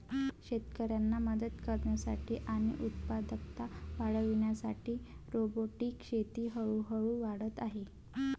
शेतकऱ्यांना मदत करण्यासाठी आणि उत्पादकता वाढविण्यासाठी रोबोटिक शेती हळूहळू वाढत आहे